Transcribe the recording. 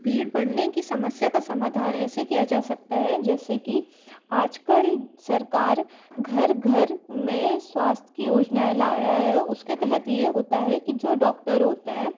भीड़ बढ़ने की समस्या का समाधान ऐसे किया जा सकता है जैसे कि आज कल सरकार घर घर में स्वास्थ की योजनाऍं ला रही है उसके तहत ये होता है कि जो डॉक्टर होता है